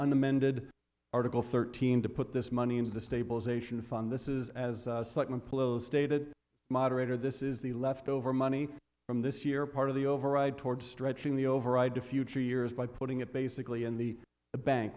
amended article thirteen to put this money into the stabilization fund this is as such an impulse stated moderator this is the left over money from this year part of the override toward stretching the override to future years by putting it basically in the bank